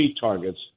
targets